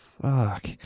Fuck